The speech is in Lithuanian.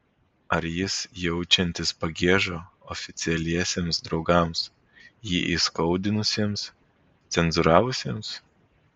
ar jis jaučiantis pagiežą oficialiesiems draugams jį įskaudinusiems cenzūravusiems